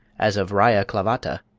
as of raia clavata,